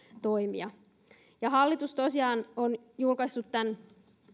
toimia hallitus tosiaan on julkaissut tämän